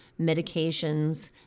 medications